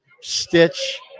Stitch